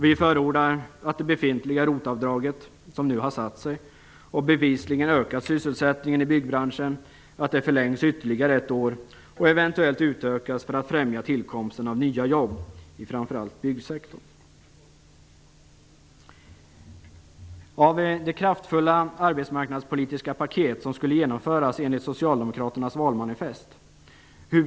Vi förordar att det befintliga ROT avdraget, som nu har satt sig och bevisligen ökat sysselsättningen i byggbranschen, förlängs ytterligare ett år och eventuellt utökas för att främja tillkomsten av nya jobb i framför allt byggsektorn.